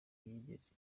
yigeze